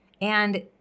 And-